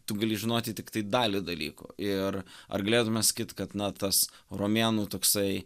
tu gali žinoti tiktai dalį dalykų ir ar galėtume sakyt kad na tas romėnų toksai